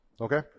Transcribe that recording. Okay